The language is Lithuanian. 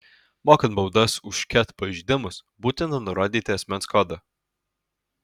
mokant baudas už ket pažeidimus būtina nurodyti asmens kodą